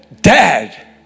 dad